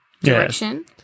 direction